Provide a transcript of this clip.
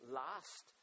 last